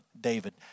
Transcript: David